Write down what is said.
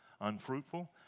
Unfruitful